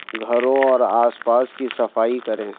گھروں اور آس پاس کی صفائی کریں